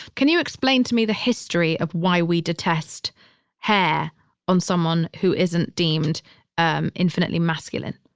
can you explain to me the history of why we detest hair on someone who isn't deemed um infinitely masculine?